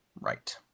right